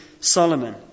Solomon